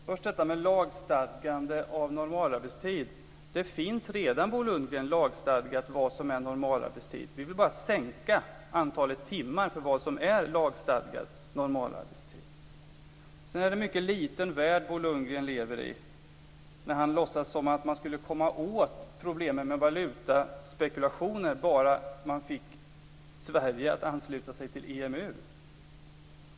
Fru talman! Det finns redan lagstadgat vad som är normalarbetstid, och vi vill bara minska antalet timmar för vad som är lagstadgad normalarbetstid. Det är en mycket liten värld Bo Lundgren lever i när han låtsas som att man skulle komma åt problemet med valutaspekulationer om man fick Sverige att ansluta sig till EMU.